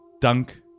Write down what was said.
dunk